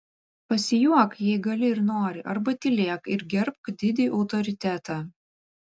pasijuok jei gali ir nori arba tylėk ir gerbk didį autoritetą